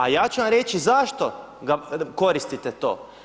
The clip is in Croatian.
A ja ću vam reći zašto koristite to.